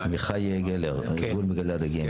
עמיחי גלר, ארגון מגדלי הדגים.